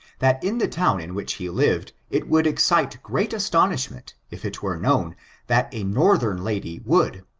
that in the town in which he lived it would excite great astonishment if it were known that a northern lady would,